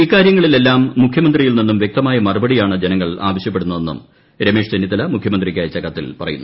ഇക്കാര്യങ്ങളിലെല്ലാം മുഖ്യമന്ത്രിയിൽ നിന്നും വൃക്തമായ മറുപടിയാണ് ജനങ്ങൾ ആവശൃപ്പെടു ന്നതെന്നും രമേശ് ചെന്നിത്തല മുഖൃമന്ത്രിക്കയച്ച കത്തിൽ പറയുന്നു